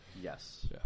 Yes